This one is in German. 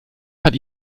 hat